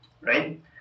right